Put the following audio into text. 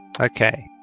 Okay